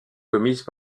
commises